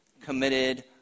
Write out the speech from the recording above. committed